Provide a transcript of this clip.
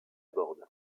borde